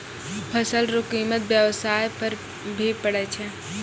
फसल रो कीमत व्याबसाय पर भी पड़ै छै